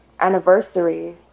anniversary